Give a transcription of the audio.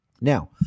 Now